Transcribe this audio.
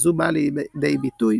וזו באה לידי ביטוי,